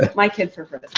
but my kids prefer the